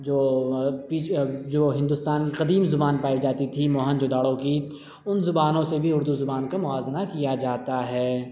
جو جو ہندوستان کی قدیم زبان پائی جاتی تھی موہن جودارو کی ان زبانوں سے بھی اردو زبان کا موازنہ کیا جاتا ہے